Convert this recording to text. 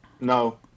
No